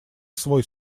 свой